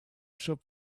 shop